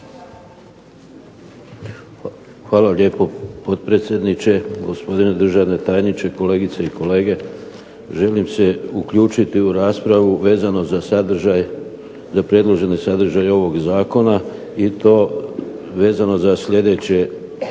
Hvala lijepo, potpredsjedniče. Gospodine državni tajniče, kolegice i kolege. Želim se uključiti u raspravu vezano za predloženi sadržaj ovog zakona i to vezano za sljedeće